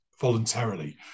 voluntarily